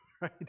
right